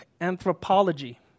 anthropology